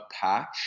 patch